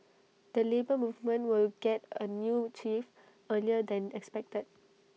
the Labour Movement will get A new chief earlier than expected